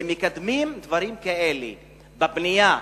אם מקדמים דברים כאלה בבנייה,